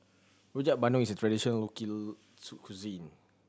Rojak Bandung is a traditional cuisine